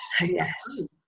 yes